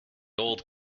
old